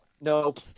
Nope